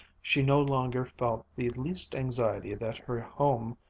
she no longer felt the least anxiety that her home,